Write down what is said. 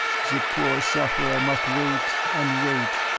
the poor sufferer must wait and wait,